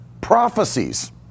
Prophecies